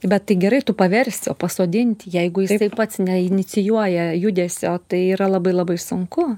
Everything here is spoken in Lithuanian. bet tai gerai tu paversi o pasodinti jeigu jisai pats neinicijuoja judesio tai yra labai labai sunku